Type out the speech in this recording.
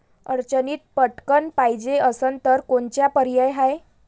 अडचणीत पटकण पायजे असन तर कोनचा पर्याय हाय?